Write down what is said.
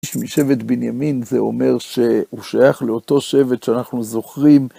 מישהו משבט בנימין זה אומר שהוא שייך לאותו שבט שאנחנו זוכרים.